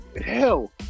hell